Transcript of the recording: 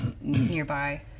nearby